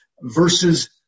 versus